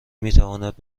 میتواند